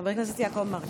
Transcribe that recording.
חבר הכנסת יעקב מרגי,